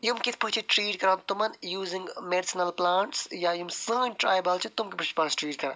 یِم کِتھ پٲٹھۍ چھِ ٹرٛیٖٹ کران تِمَن یوٗزِنگ میٚڈسٕنَل پٕلانٹٕس یا یِم سٲنۍ ٹرٛایبَل چھِ تِم کِتھۍ پٲٹھۍ چھِ پانَس ٹرٛیٖٹ کران